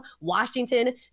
Washington